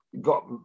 got